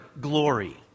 glory